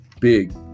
big